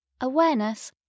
awareness